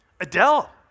Adele